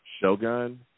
Shogun